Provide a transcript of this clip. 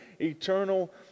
eternal